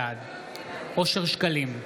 בעד אושר שקלים,